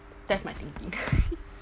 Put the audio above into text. that's my thinking